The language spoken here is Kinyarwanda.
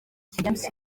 james